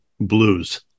blues